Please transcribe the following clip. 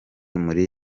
muri